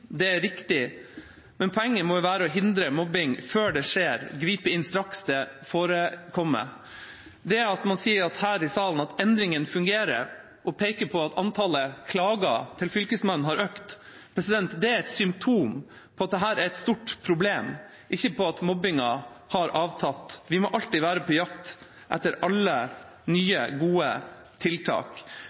det er riktig. Men poenget må være å hindre mobbing før det skjer, gripe inn straks det forekommer. Til det at man sier her i salen at endringene fungerer, og peker på at antallet klager til Fylkesmannen har økt: Det er et symptom på at dette er et stort problem, ikke på at mobbingen har avtatt. Vi må alltid være på jakt etter alle nye, gode tiltak.